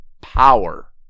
power